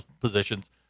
positions